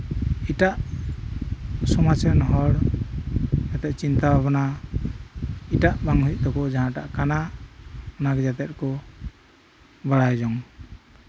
ᱮᱴᱟᱜ ᱥᱚᱢᱟᱡ ᱨᱮᱱ ᱦᱚᱲ ᱪᱤᱱᱛᱟ ᱵᱷᱟᱵᱱᱟ ᱮᱴᱟᱜ ᱵᱟᱝ ᱦᱩᱭᱩᱜ ᱛᱟᱠᱚᱣᱟ ᱡᱟᱦᱟᱸᱴᱟᱜ ᱠᱟᱱᱟ ᱚᱱᱟᱜᱮ ᱡᱟᱛᱮᱫ ᱠᱚ ᱵᱟᱲᱟᱭ ᱡᱚᱝ